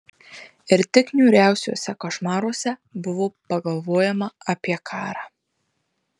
ir tik niūriausiuose košmaruose buvo pagalvojama apie karą